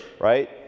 right